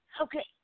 Okay